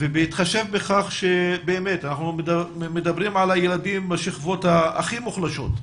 ובהתחשב בכך שאנחנו מדברים על הילדים מהשכבות הכי מוחלשות,